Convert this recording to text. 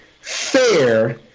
Fair